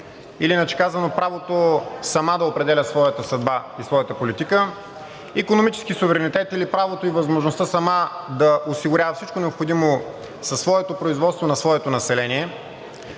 или иначе казано, правото сама да определя своята съдба и своята политика. Икономически суверенитет, или правото и възможността сама да осигурява всичко необходимо със своето производство на своето население.